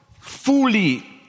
fully